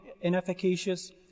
inefficacious